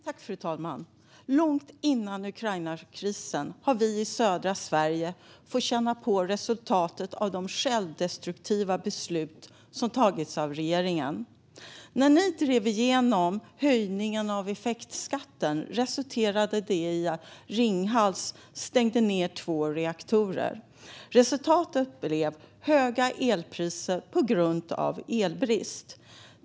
Fru talman! Långt innan Ukrainakrisen fick vi i södra Sverige känna på resultatet av de självdestruktiva beslut som tagits av regeringen. När ni drev igenom höjningen av effektskatten resulterade det i att Ringhals stängde ned två reaktorer. Resultatet blev höga elpriser på grund av elbrist.